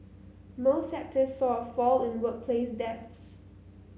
most sector saw a fall in workplace deaths